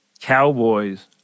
Cowboys